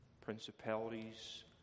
principalities